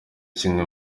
kimwe